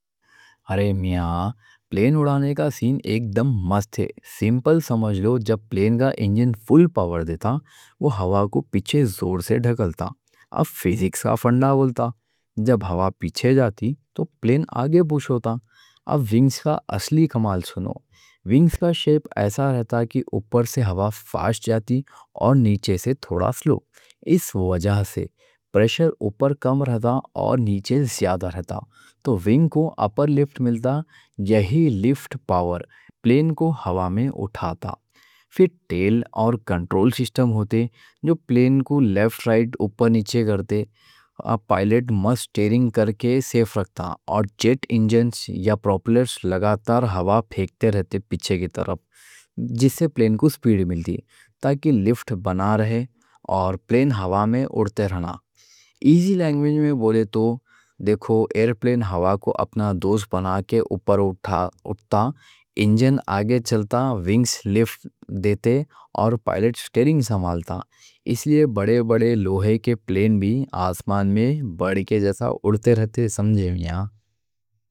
ارے میاں، پلین اڑانے کا سین ایک دم مست ہے سمجھ لو۔ جب پلین کا انجن فل پاور دیتا، وہ ہوا کو پچھے زور سے دھکیلتا۔ اب فزکس کا فنڈا بولتا: جب ہوا پچھے جاتی تو پلین آگے پُش ہوتا۔ اب وِنگز کا اصلی کمال سنو۔ ونگز کا شیپ ایسا رہتا کہ اوپر سے ہوا فاسٹ جاتی اور نیچے سے تھوڑا سلو۔ اس وجہ سے پریشر اوپر کم رہتا اور نیچے زیادہ رہتا۔ تو وِنگز کو اوپر لفٹ ملتا، یہی لفٹ پاور پلین کو ہوا میں اٹھاتا۔ پھر ٹیل اور کنٹرول سسٹم ہوتے جو پلین کو لیفٹ رائٹ، اوپر نیچے کرتے۔ پائلٹ مست سٹیئرنگ کرکے سیف رکھتا۔ اور جیٹ انجن یا پروپیلرز لگاتار ہوا پھینکتے رہتے پچھے کی طرف، جس سے پلین کو سپیڈ ملتی تاکہ لفٹ بنا رہے اور پلین ہوا میں اڑتا رہتا۔ ایزی لینگویج میں بولے تو دیکھو، ایرپلین ہوا کو اپنا دوست بنا کے اوپر اٹھتا، انجن آگے چلتا، ونگز لفٹ دیتے، اور پائلٹ سٹیئرنگ سنبھالتا۔ اس لئے بڑے بڑے لوہے کے پلین بھی آسمان میں پر کے جیسا اڑتے رہتے، سمجھے۔